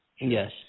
yes